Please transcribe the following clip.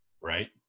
right